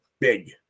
big